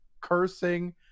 cursing